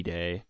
Day